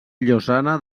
llosana